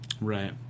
Right